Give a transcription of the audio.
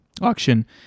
auction